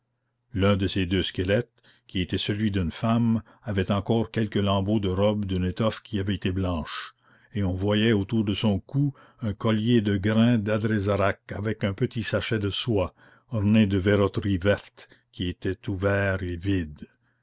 l'un de ces deux squelettes qui était celui d'une femme avait encore quelques lambeaux de robe d'une étoffe qui avait été blanche et on voyait autour de son cou un collier de grains d'adrézarach avec un petit sachet de soie orné de verroterie verte qui était ouvert et vide